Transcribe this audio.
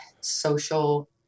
social